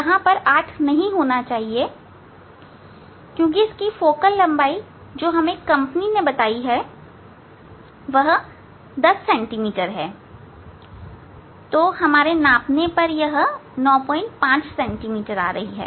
यहां यह 8 नहीं होना चाहिए क्योंकि इसकी फोकल लंबाई जो कंपनी ने बताई है वह 10 सेंटीमीटर है हमारे नापने पर यह 95 आ रही है